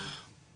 טוב.